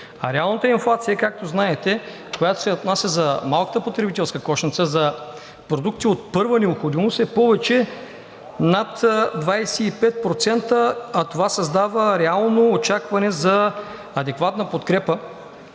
както знаете, която се отнася за малката потребителска кошница – за продукти от първа необходимост, е повече – над 25%, и това създава реално очакване за адекватна подкрепа